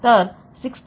तर 6